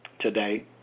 today